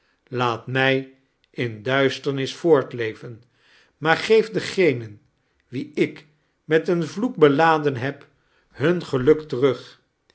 laat mij in duisternis voortleven maar geef dengenen wien ik met een vloek beladen heb hun geluk terug